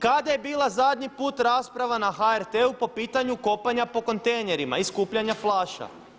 Kada je bila zadnji put rasprava na HRT-u po pitanju kopanja po kontejnerima i skupljanja flaša?